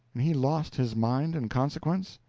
and he lost his mind in consequence?